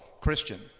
Christian